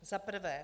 Za prvé.